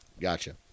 Gotcha